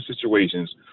situations